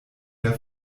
der